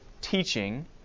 teaching